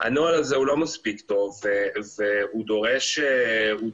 הנוהל הזה הוא לא מספיק טוב והוא דורש שיפורים.